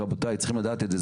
רבותיי, צריכים לדעת את זה.